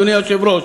אדוני היושב-ראש,